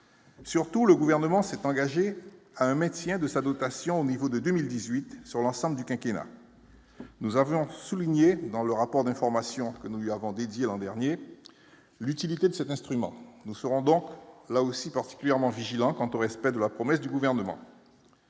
surtout le gouvernement s'est engagé à un maintien de sa dotation au niveau de 2018 sur l'ensemble du quinquennat. Nous avons souligné dans le rapport d'information que nous lui avons dédié l'an dernier l'utilité de cet instrument, nous serons donc là aussi particulièrement vigilant quant au respect de la promesse du gouvernement.